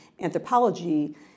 anthropology